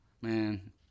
man